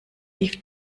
lief